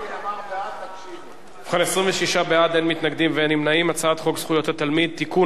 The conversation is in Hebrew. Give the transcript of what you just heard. ההצעה להפוך את הצעת חוק זכויות התלמיד (תיקון,